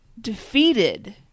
defeated